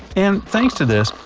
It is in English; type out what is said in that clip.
and thanks to this,